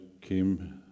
came